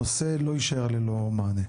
הנושא לא יישאר ללא מענה.